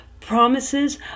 promises